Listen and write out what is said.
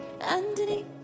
Underneath